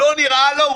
לא נראה לו,